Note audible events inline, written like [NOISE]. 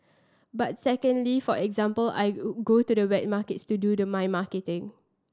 but secondly for example I [UNINTELLIGIBLE] go to the wet markets to do the my marketing